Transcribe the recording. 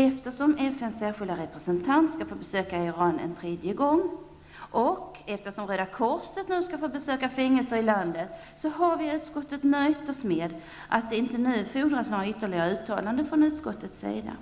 Eftersom FNs särskilda representant skall få besöka Iran en tredje gång, och eftersom Röda korset nu skall få besöka fängelser i landet, har vi i utskottet nöjt oss med att det inte nu fordras några ytterligare uttalanden från utskottets sida.